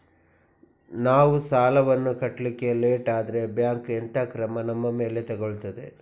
ನಾವು ಸಾಲ ವನ್ನು ಕಟ್ಲಿಕ್ಕೆ ಲೇಟ್ ಆದ್ರೆ ಬ್ಯಾಂಕ್ ಎಂತ ಕ್ರಮ ನಮ್ಮ ಮೇಲೆ ತೆಗೊಳ್ತಾದೆ?